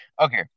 Okay